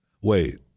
Wait